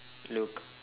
Luke